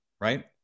right